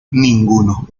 ninguno